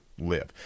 live